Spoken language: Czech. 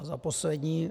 A za poslední.